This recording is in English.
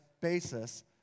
basis